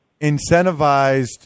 incentivized